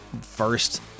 first